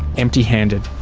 empty handed.